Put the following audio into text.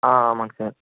ஆ ஆமாம்ங்க சார்